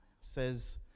says